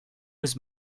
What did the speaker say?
was